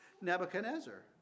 Nebuchadnezzar